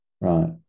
Right